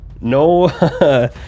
no